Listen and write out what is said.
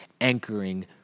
anchoring